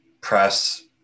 press